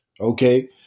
Okay